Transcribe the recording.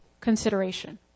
consideration